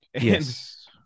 Yes